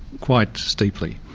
quite steeply